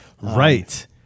Right